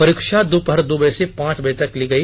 परीक्षा दोपहर दो बजे से पांच बजे तक ली गई